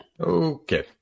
Okay